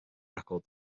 record